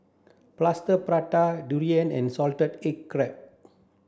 plaster prata durian and salted egg crab